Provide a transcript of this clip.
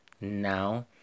now